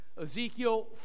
Ezekiel